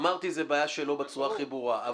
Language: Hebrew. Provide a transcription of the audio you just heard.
אמרתי, זה בעיה שלו, בצורה הכי ברורה.